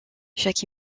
chaque